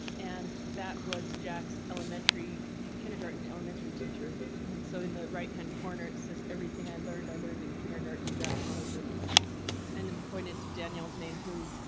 and that was jacks elementary kindergarten elementary teacher. and so in the right hand corner it says everything i learned i learned in kindergarten, jack cloninger and pointed to daniel's name, who.